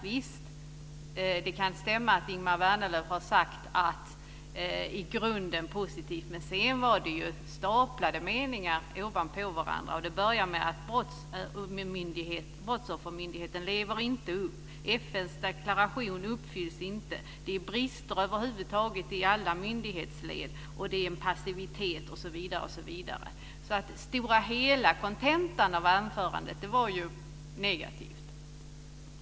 Visst, det kan stämma att Ingemar Vänerlöv har sagt att det i grunden är positivt. Men sedan staplades meningarna ovanpå varandra. Det började med att Brottsoffermyndigheten inte lever upp till sina mål. FN:s deklaration uppfylls inte. Det är brister över huvud taget i alla myndighetsled, och det är en passivitet osv. Så kontentan av anförandet var ju negativ.